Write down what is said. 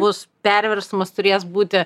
bus perversmas turės būti